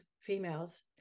females